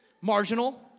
marginal